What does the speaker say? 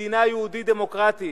מדינה יהודית דמוקרטית.